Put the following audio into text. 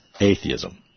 atheism